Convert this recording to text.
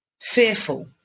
fearful